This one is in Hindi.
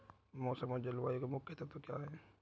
मौसम और जलवायु के मुख्य तत्व क्या हैं?